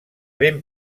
ben